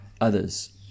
others